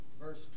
verse